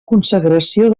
consagració